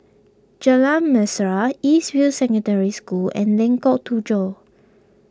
Jalan Mesra East View Secondary School and Lengkok Tujoh